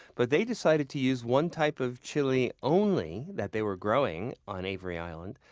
but they decided to use one type of chile only that they were growing on avery island.